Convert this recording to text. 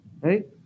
right